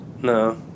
No